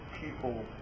people